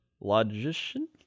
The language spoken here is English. logician